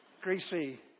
greasy